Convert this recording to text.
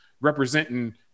representing